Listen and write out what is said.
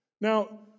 Now